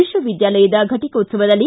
ವಿಕ್ವವಿದ್ಯಾಲಯದ ಫಟಕೋತ್ಲವದಲ್ಲಿ